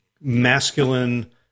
masculine